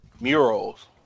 Murals